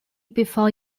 before